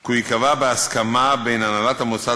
כי הוא ייקבע בהסכמה בין הנהלת המוסד